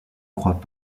croit